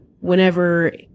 Whenever